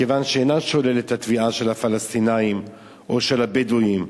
מכיוון שאינה שוללת את התביעה של הפלסטינים או של הבדואים,